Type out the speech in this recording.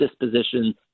disposition